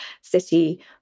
city